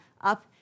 up